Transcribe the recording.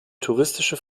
touristische